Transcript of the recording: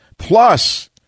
Plus